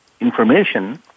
information